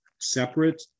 separate